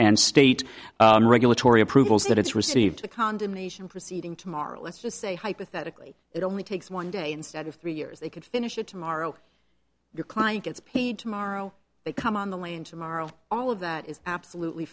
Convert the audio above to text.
and state regulatory approvals that it's received a condemnation proceeding tomorrow let's just say hypothetically it only takes one day instead of three years they could finish it tomorrow your client gets paid tomorrow they come on the land tomorrow all of that is absolutely